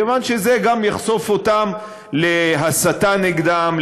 כיוון שזה גם יחשוף אותם להסתה נגדם,